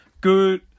Good